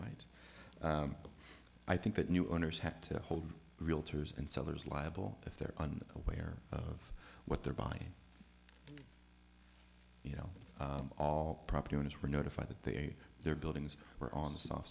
might but i think that new owners have to hold realtors and sellers liable if they're on aware of what they're buying you know all property owners were notified that they their buildings were on the so